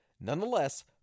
Nonetheless